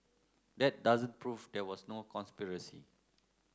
that doesn't prove there was no conspiracy